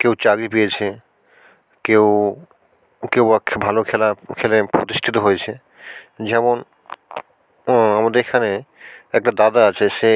কেউ চাকরি পেয়েছে কেউ কেউ বা ভালো খেলা খেলে প্রতিষ্ঠিত হয়েছে যেমন আমাদের এখানে একটা দাদা আছে সে